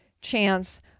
chance